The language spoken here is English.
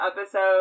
episode